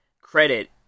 credit